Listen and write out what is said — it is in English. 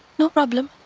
no problem.